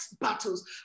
battles